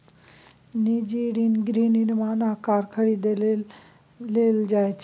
निजी ऋण गृह निर्माण आ कार खरीदै लेल लेल जाइ छै